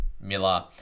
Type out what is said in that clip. Miller